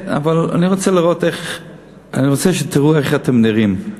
אני רוצה שתראו איך אתם נראים.